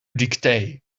dictate